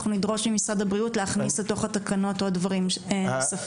אנחנו נדרוש ממשרד הבריאות להכניס לתוך התקנות עוד דברים נוספים.